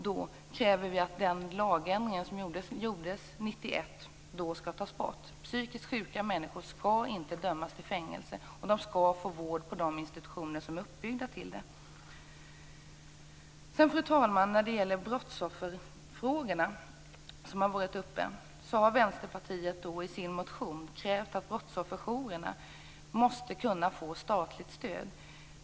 Vi kräver att den lagändring som gjordes 1991 skall tas bort. Psykiskt sjuka människor skall inte dömas till fängelse. De skall få vård på de institutioner som är uppbyggda för det. Fru talman! Brottsofferfrågorna har varit uppe. Vänsterpartiet har i sin motion krävt att brottsofferjourerna skall få statligt stöd.